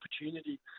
opportunity